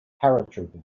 paratrooper